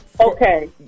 Okay